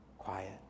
quiet